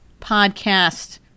podcast